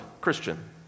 Christian